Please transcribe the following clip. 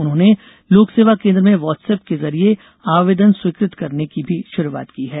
उन्होंने लोकसेवा केन्द्र में वॉटसअप के जरिए आवेदन स्वीकृत करने की भी शुरूआत की है